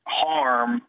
harm –